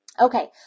Okay